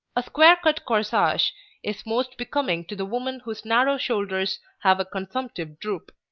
a square-cut corsage is most becoming to the woman whose narrow shoulders have a consumptive droop.